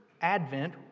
Advent